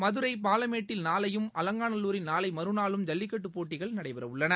மதுரை பாலமேட்டில் நாளையும் அலங்காநல்லூரில் நாளை மறுநாளும் ஜல்லிக்கட்டுப் போட்டிகள் நடைபெறவுள்ளன